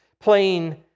playing